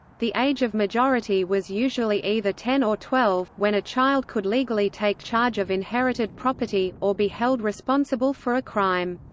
the age of majority was usually either ten or twelve, when a child could legally take charge of inherited property, or be held responsible for a crime.